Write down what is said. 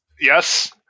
Yes